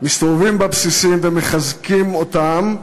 מסתובבים בבסיסים ומחזקים אותם.